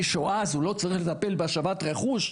שואה אז הוא לא צריך לטפל בהשבת רכוש,